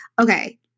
Okay